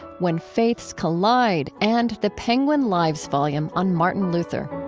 when faiths collide, and the penguin lives volume on martin luther